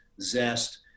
zest